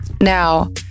Now